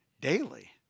Daily